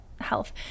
health